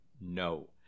No